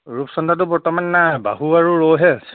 ৰূপচন্দাটো বৰ্তমান নাই বাহু আৰু ৰৌহে আছে